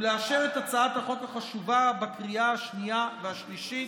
ולאשר את הצעת החוק החשובה בקריאה השנייה והשלישית.